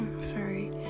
Sorry